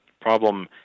problem